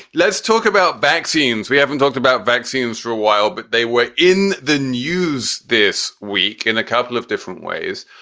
let's talk about vaccines. we haven't talked about vaccines for a while, but they were in the news this week in a couple of different ways.